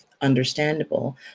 understandable